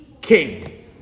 King